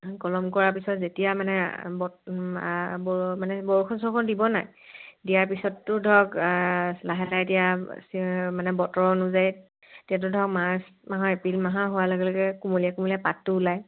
কলম কৰা পিছত যেতিয়া মানে বত আ মানে বৰষুণ চৰষুণ দিবন নাই দিয়াৰ পিছতটো ধৰক লাহে লাহে এতিয়া চে বতৰ অনুযায়ী এতিয়াটো ধৰক মাৰ্চ মাহৰ এপ্ৰিল মাহৰ হোৱাৰ লগে লগে কুমলীয়া কুমলীয়া পাতটো ওলাই